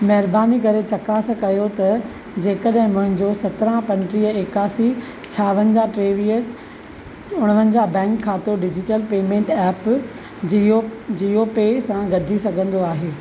महिरबानी करे चकासु कयो त जेकॾहिं मुंहिंजो सत्रहां पंटीह एकासी छावनजाहु टेवीह उणिवंजाहु बैंक खातो digital payment app Jio Jio pay सां गॾिजी सघंदो आहे